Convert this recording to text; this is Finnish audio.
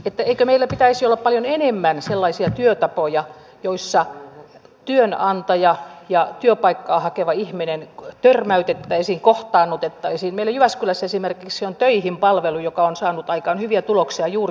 etteikö meillä pitäisi olla paljon enemmän sellaisia työtapoja joissa työnantaja ja työpaikkaa hakeva ihminen törmäytettäisiin kohtaannutettaisiinili jyväskyläs esimerkiksi on töihinpalvelu joka on saanut aikaan arvoisa rouva puhemies